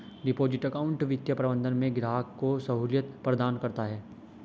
deposit account वित्तीय प्रबंधन में ग्राहक को सहूलियत प्रदान करता है